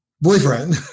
boyfriend